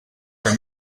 for